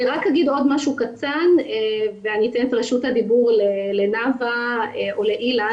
אני רק אגיד עוד משהו קטן ואני אתן את רשות הדיבור לנאוה או לאילן,